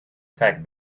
fact